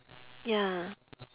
ya